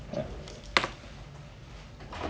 ya